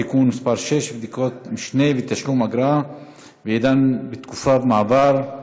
(תיקון מס' 6) (בדיקות משנה ותשלום אגרה בעדן בתקופת המעבר),